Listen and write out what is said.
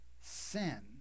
sin